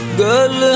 girl